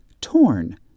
Torn